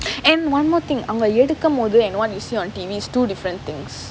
and one more thing அவங்க எடுக்கமோது:avanga edukkamothu and the [one] you see on T_V is two different things